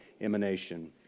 emanation